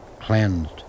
cleansed